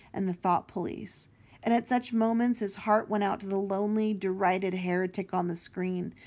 and the thought police and at such moments his heart went out to the lonely, derided heretic on the screen,